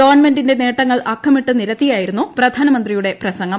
ഗവൺമെന്റിന്റെ നേട്ടങ്ങൾ അക്കമിട്ട് നിരത്തിയായിരുന്നു പ്രധാനമന്ത്രിയുടെ പ്രസംഗം